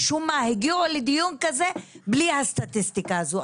משום מה הם הגיעו לדיון כזה בלי הסטטיסטיקה הזו.